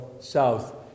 south